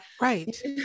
right